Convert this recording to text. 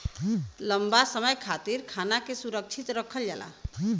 लंबा समय खातिर खाना के सुरक्षित रखल जाला